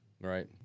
Right